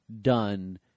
done